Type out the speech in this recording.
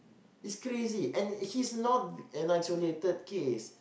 is crazy and he's not an isolated case